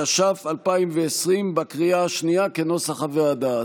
התש"ף 2020. בקריאה השנייה, כנוסח הוועדה.